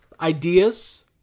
ideas